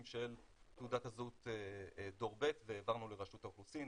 של תעודת הזהות דור ב' והעברנו לרשות האוכלוסין,